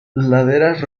laderas